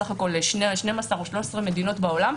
בסך הכול 12 או 13 מדינות בעולם,